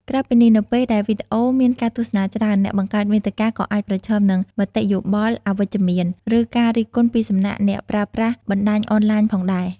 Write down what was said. ក្រៅពីនេះ នៅពេលដែលវីដេអូមានការទស្សនាច្រើន អ្នកបង្កើតមាតិកាក៏អាចប្រឈមនឹងមតិយោបល់អវិជ្ជមាន ឬការរិះគន់ពីសំណាក់អ្នកប្រើប្រាស់បណ្ដាញអនឡាញផងដែរ។